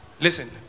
Listen